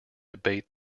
debate